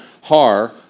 Har